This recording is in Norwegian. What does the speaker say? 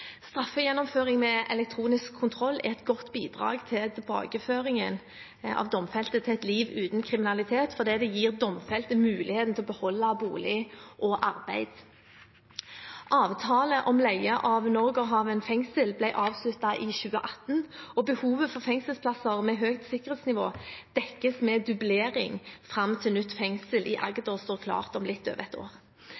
Straffegjennomføring med elektronisk kontroll er et godt bidrag til tilbakeføringen av domfelte til et liv uten kriminalitet fordi det gir dem mulighet til å beholde bolig og arbeid. Avtalen om leie av Norgerhaven fengsel ble avsluttet i 2018, og behovet for fengselsplasser med høyt sikkerhetsnivå dekkes med dublering fram til det nye fengselet i